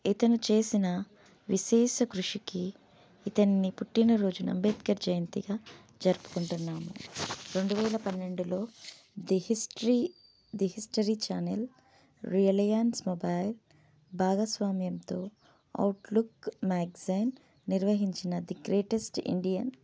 ఇతను చేసిన విశేష కృషికి ఇతన్ని పుట్టినరోజున అంబేద్కర్ జయంతిగా జరుపుకుంటున్నాము రెండు వేల పన్నెండులో the history the history channel Reliance mobile భాగస్వామ్యంతో అవుట్లుక్ మ్యాగ్జైన్ నిర్వహించిన ది గ్రేటెస్ట్ ఇండియన్